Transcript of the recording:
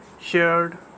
Shared